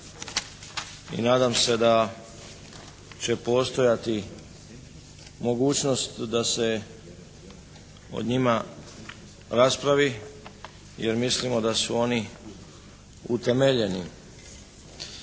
i nadam se da će postojati mogućnost da se o njima raspravi jer mislimo da su oni utemeljeni.